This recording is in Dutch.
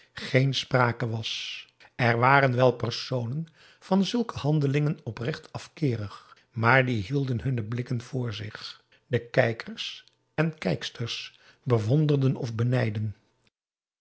geen sprake was er waren wel personen van zulke handelingen oprecht afkeerig maar die hielden hunne blikken vr zich de kijkers en kijksters bewonderden of benijdden